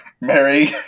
Mary